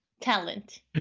talent